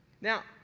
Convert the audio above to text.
Now